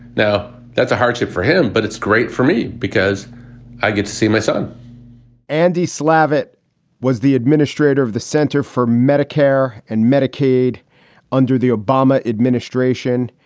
now, that's a hardship for him, but it's great for me because i get to see my son andy slavitt was the administrator of the center for medicare and medicaid under the obama administration.